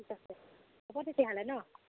ঠিক আছে হ'ব তেতিয়াহ'লে ন